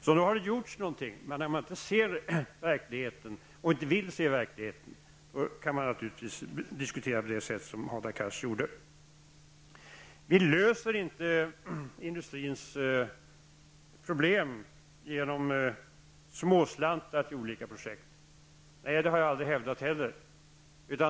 Så nog har det gjorts någonting, men den som inte ser verkligheten och inte vill se den kan naturligtvis diskutera på det sätt som Hadar Cars gjorde. Vi löser inte industrins problem genom småslantar till olika projekt, sade Hadar Cars. Nej, det har jag aldrig hävdat heller.